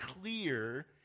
clear